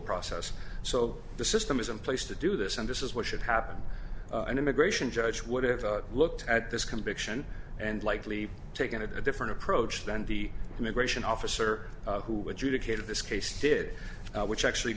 process so the system is in place to do this and this is what should happen an immigration judge would have looked at this conviction and likely taken a different approach than the immigration officer who would do decatur this case did which actually